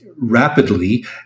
rapidly